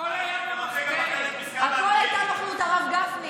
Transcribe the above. הכול היה, הכול היה נוכלות, הרב גפני.